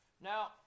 Now